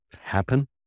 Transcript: happen